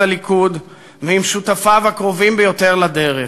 הליכוד ועם שותפיו הקרובים ביותר לדרך.